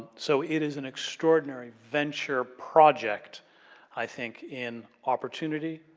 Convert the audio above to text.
so, it is an extraordinary venture project i think in opportunity,